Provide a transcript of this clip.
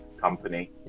company